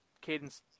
Cadence